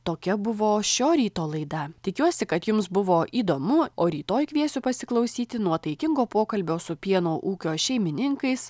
tokia buvo šio ryto laida tikiuosi kad jums buvo įdomu o rytoj kviesiu pasiklausyti nuotaikingo pokalbio su pieno ūkio šeimininkais